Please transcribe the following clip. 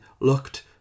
looked